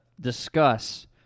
discuss